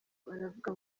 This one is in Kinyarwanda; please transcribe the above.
baravuga